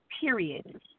Period